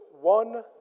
one